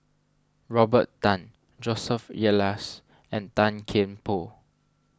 Robert Tan Joseph Elias and Tan Kian Por